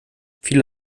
viele